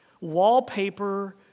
wallpaper